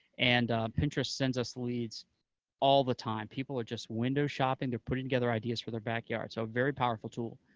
and pinterest sends us leads all the time. people are just window shopping, they're putting together ideas from their backyard. so a very powerful tool,